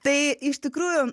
tai iš tikrųjų